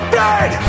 dead